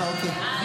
אוקיי,